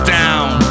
down